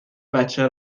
بچه